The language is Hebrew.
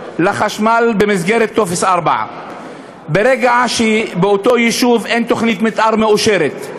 לחשמל במסגרת טופס 4. ברגע שבאותו יישוב אין תוכנית מתאר מאושרת,